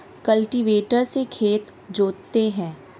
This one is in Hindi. कल्टीवेटर से खेत जोतते हैं